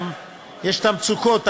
יש המצוקות,